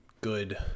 Good